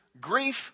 grief